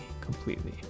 completely